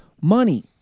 money